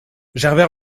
gervais